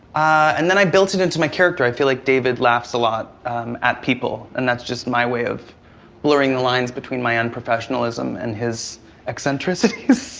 and then, i built it into my character. i feel like david laughs a lot at people. and that's just my way of blurring the lines between my unprofessionalism and his eccentricities.